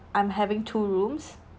I'm having two rooms